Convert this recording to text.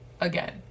Again